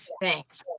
Thanks